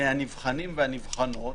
מהנבחנים והנבחנות,